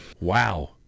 Wow